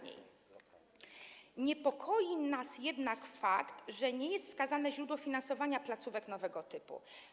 Niepokoi nas jednak fakt, że nie jest wskazane źródło finansowania placówek nowego typu.